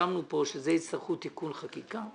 שרשמנו כאן שהם יצטרכו תיקון חקיקה.